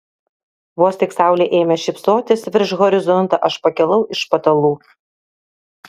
vos tik saulė ėmė šypsotis virš horizonto aš pakilau iš patalų